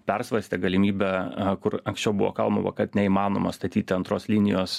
persvarstė galimybę kur anksčiau buvo kalbama kad neįmanoma statyti antros linijos